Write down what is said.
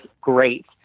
great